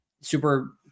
super